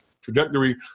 trajectory